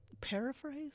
Paraphrase